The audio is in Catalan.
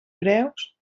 preus